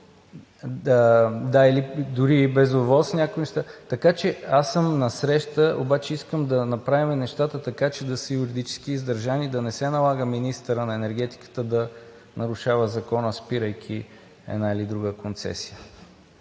без ОВОС някои неща, така че аз съм насреща, обаче искам да направим нещата така че да са юридически издържани, да не се налага министърът на енергетиката да нарушава закона, спирайки една или друга концесия,